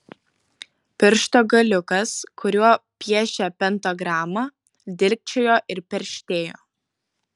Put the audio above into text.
piršto galiukas kuriuo piešė pentagramą dilgčiojo ir perštėjo